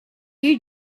you